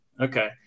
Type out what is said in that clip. Okay